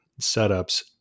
setups